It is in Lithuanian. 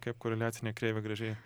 kaip koreliacinė kreivė gražiai